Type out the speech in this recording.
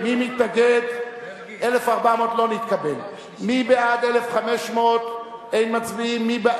ההסתייגות לחלופין א' ה-14 של קבוצת סיעת האיחוד הלאומי לסעיף 1 לא